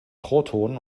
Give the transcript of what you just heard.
protonen